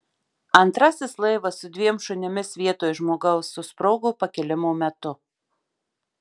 antrasis laivas su dviem šunimis vietoj žmogaus susprogo pakilimo metu